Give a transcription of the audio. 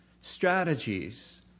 strategies